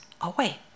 away